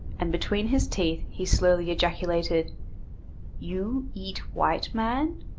and between his teeth he slowly ejaculated you eat white man?